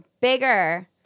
bigger